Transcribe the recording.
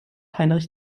heinrich